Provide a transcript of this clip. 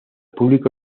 público